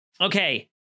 okay